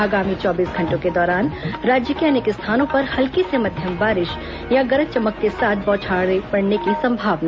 आगामी चौबीस घंटों के दौरान राज्य के अनेक स्थानों पर हल्की से मध्यम बारिश या गरज चमक के साथ बौछारें पड़ने की संभावना